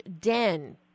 den